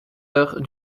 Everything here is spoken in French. heures